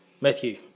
Matthew